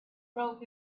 felt